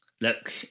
Look